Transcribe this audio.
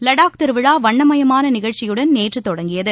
லடாக் திருவிழா வண்ணமயமான நிகழ்ச்சியுடன் நேற்று தொடங்கியது